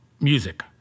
music